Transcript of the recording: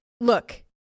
look